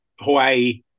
Hawaii